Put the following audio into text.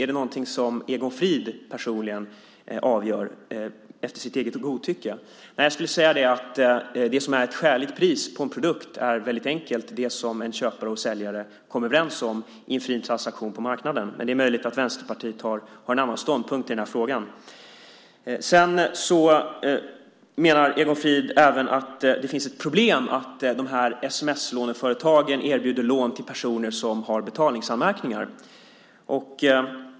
Är det något som Egon Frid personligen avgör efter sitt eget godtycke? Det som är ett skäligt pris på en produkt är väldigt enkelt det som en köpare och säljare kommer överens om inför en transaktion på marknaden. Men det är möjligt att Vänsterpartiet har en annan ståndpunkt i den frågan. Egon Frid menar även att det är ett problem att sms-låneföretagen erbjuder lån till personer som har betalningsanmärkningar.